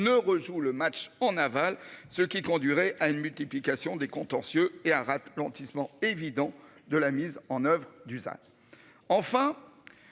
ne rejoue le match en aval ce qui conduirait à une multiplication des contentieux et rate nantissement évident de la mise en oeuvre d'usage.